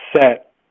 set